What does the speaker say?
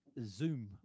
zoom